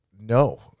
No